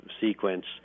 Sequence